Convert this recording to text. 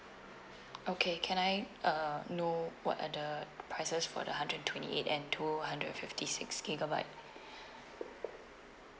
okay can I uh know what are the prices for the hundred twenty eight and two hundred and fifty six gigabyte